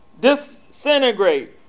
disintegrate